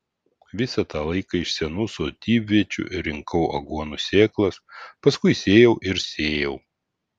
visą tą laiką iš senų sodybviečių rinkau aguonų sėklas paskui sėjau ir sėjau